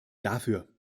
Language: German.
dafür